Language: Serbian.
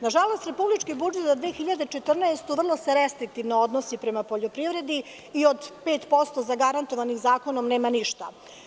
Na žalost, republički budžet za 2014. godinu vrlo se restriktivno odnosi prema poljoprivredi i od 5% zagarantovanih zakonom nema ništa.